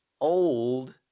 Old